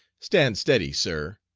stand-steady, sir.